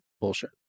bullshit